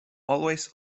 always